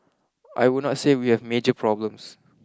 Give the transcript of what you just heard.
I would not say we have major problems